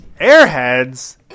Airheads